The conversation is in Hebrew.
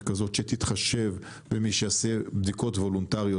כזאת שתתחשב במי שיעשה בדיקות וולונטריות,